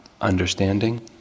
understanding